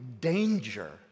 danger